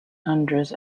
andros